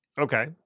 Okay